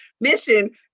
mission